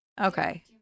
Okay